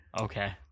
Okay